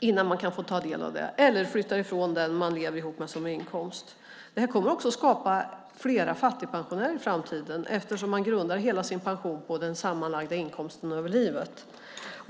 innan man kan få ta del av det eller att man flyttar ifrån den man lever ihop med som har inkomst. Det här kommer också att skapa fler fattigpensionärer i framtiden, eftersom man grundar hela sin pension på den sammanlagda inkomsten över livet.